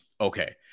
okay